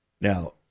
Now